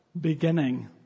beginning